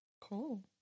cool